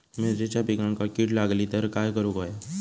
मिरचीच्या पिकांक कीड लागली तर काय करुक होया?